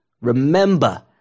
Remember